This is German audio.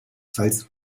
falls